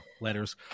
letters